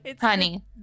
Honey